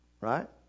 right